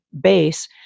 base